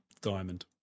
diamond